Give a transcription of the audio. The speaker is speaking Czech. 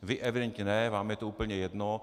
Vy evidentně ne, vám je to úplně jedno.